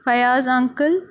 Fayaz uncle